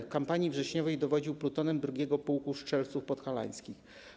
W kampanii wrześniowej dowodził plutonem w 2. pułku strzelców podhalańskich.